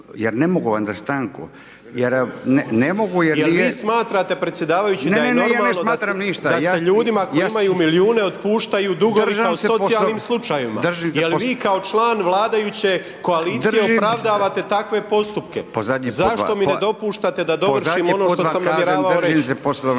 da je normalno…/ Ne, ne, ja ne smatram ništa …/Upadica Grmoja: da se ljudima koji imaju milijune otpuštaju dugovi kao socijalnim slučajevima? Jer vi kao član vladajuće koalicije opravdavate takve postupke? Zašto mi ne dopuštate da dovršim ono što sam namjeravao reći?./…